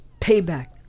payback